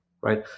right